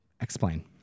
Explain